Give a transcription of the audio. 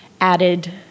added